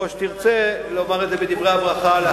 או שתרצה לומר את דבריך דברי הברכה לאחר מכן.